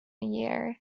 year